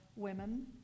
women